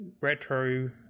Retro